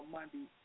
Monday